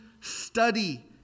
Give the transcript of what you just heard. study